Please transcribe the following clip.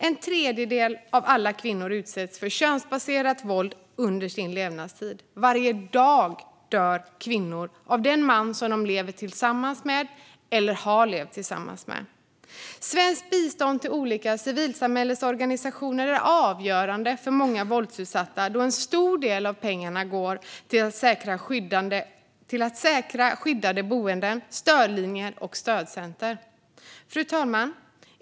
En tredjedel av alla kvinnor utsätts för könsbaserat våld under sin levnadstid. Varje dag dödas kvinnor av den man de lever tillsammans med eller har levt tillsammans med. Svenskt bistånd till olika civilsamhällesorganisationer är avgörande för många våldsutsatta då en stor del av pengarna går till att säkra skyddade boenden, stödlinjer och stödcenter. Fru talman!